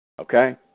Okay